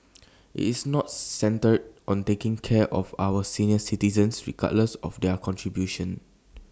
it's not centred on taking care of our senior citizens regardless of their contribution